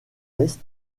est